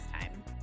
time